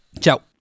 Ciao